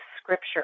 scripture